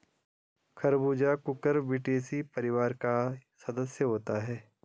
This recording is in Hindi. खरबूजा कुकुरबिटेसी परिवार का सदस्य होता है